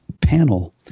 panel